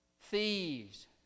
thieves